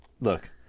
look